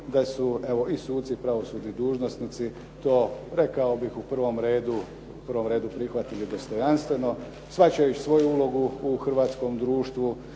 da su evo i suci, pravosudni dužnosnici to rekao bih u prvom redu prihvatili dostojanstveno, shvaćajući svoju ulogu u hrvatskom društvu